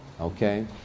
okay